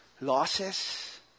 Losses